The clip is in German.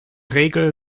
regel